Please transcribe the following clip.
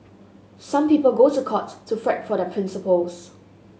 some people go to court to fight for their principles